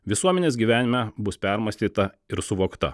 visuomenės gyvenime bus permąstyta ir suvokta